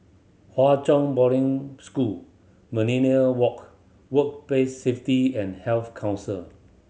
Hwa Chong Boarding School Millenia Walk Workplace Safety and Health Council